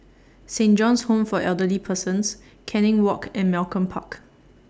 Saint John's Home For Elderly Persons Canning Walk and Malcolm Park